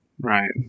Right